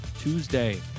Tuesday